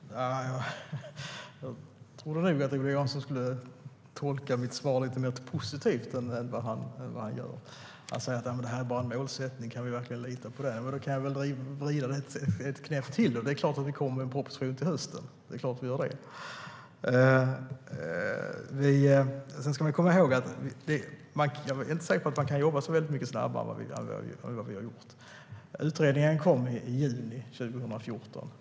Herr talman! Jag trodde nog att Ola Johansson skulle tolka mitt svar lite mer positivt än vad han gör. Han säger: Det är bara en målsättning, kan vi verkligen lita på det? Då kan jag väl vrida det ett snäpp till och säga: Det är klart att det kommer en proposition till hösten. Jag är inte säker på att man kan jobba så väldigt mycket snabbare än vad vi har gjort. Utredningen kom i juni 2014.